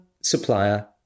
supplier